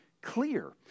Clear